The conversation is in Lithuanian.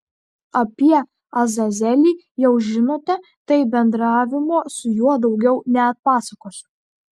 apie azazelį jau žinote tai bendravimo su juo daugiau neatpasakosiu